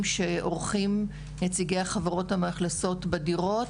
שעורכים נציגי החברות המאכלסות בדירות,